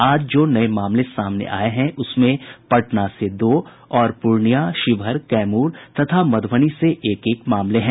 आज जो नये मामले सामने आये उसमें पटना से दो और पूर्णिया शिवहर कैमूर और मधुबनी से एक एक मामले हैं